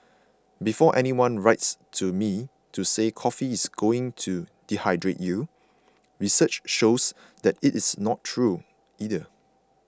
before anyone writes to me to say coffee is going to dehydrate you research shows that is not true either